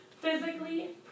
physically